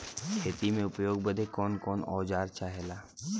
खेती में उपयोग बदे कौन कौन औजार चाहेला?